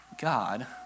God